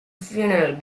funeral